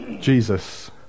Jesus